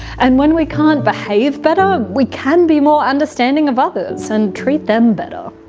and when we can't behave better, we can be more understanding of others and treat them better.